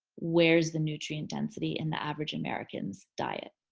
where's the nutrient density in the average american's diet?